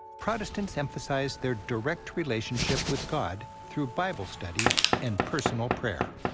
protestants emphasize their direct relationship with god through bible study and personal prayer.